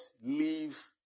leave